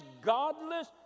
godless